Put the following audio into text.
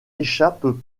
échappent